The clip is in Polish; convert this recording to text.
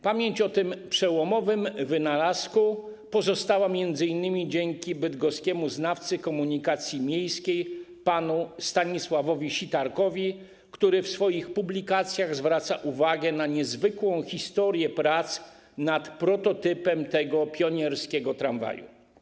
Pamięć o tym przełomowym wynalazku pozostała m.in. dzięki bydgoskiemu znawcy komunikacji miejskiej panu Stanisławowi Sitarkowi, który w swoich publikacjach zwraca uwagę na niezwykłą historię prac nad prototypem tego pionierskiego tramwaju.